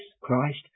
Christ